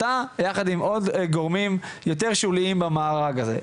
אתה יחד עם עוד גורמים יותר שוליים במארג הזה.